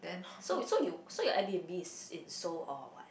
so so you so your Airbnb is in Seoul or what